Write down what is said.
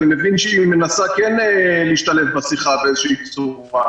אני מבין שד"ר ענת צוראל מנסה כן להשתלב בשיחה באיזושהי צורה.